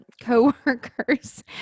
co-workers